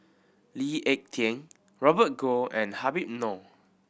Lee Ek Tieng Robert Goh and Habib Noh